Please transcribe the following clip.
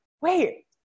wait